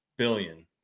billion